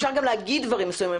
אפשר גם לומר דברים מסוימים,